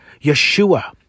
Yeshua